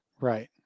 Right